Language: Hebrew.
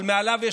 מעליו יש,